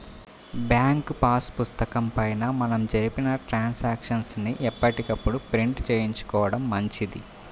bank pass పుస్తకం పైన మనం జరిపిన ట్రాన్సాక్షన్స్ ని ఎప్పటికప్పుడు ప్రింట్ చేయించుకోడం మంచిది